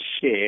share